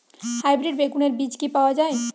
Hybrid বেগুনের বীজ কি পাওয়া য়ায়?